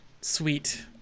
sweet